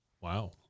wow